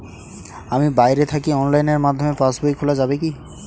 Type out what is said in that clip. আমি বাইরে থাকি অনলাইনের মাধ্যমে পাস বই খোলা যাবে কি?